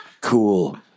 Cool